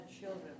children